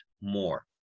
more